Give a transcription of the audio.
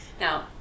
Now